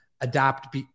adapt